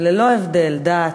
ללא הבדל דת,